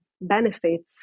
benefits